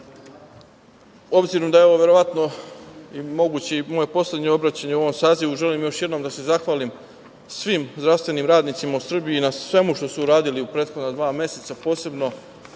da je ovo, verovatno, moguće i moje poslednje obraćanje u ovom sazivu, želim još jednom da se zahvalim svim zdravstvenim radnicima u Srbiji na svemu što su uradili u prethodna dva meseca, posebno